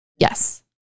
Yes